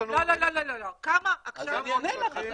לא, לא, לא, לא, כמה עכשיו --- אני עונה לך.